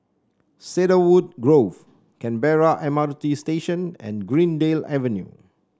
Cedarwood Grove Canberra M R T Station and Greendale Avenue